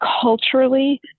culturally